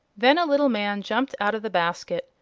then a little man jumped out of the basket,